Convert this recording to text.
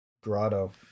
Grotto